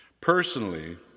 Personally